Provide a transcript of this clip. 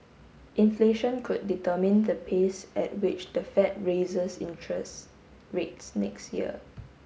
inflation could determine the pace at which the Fed raises interest rates next year